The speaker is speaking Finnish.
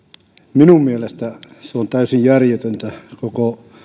minun mielestäni se on täysin järjetöntä koko